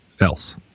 else